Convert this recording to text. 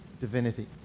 divinity